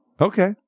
Okay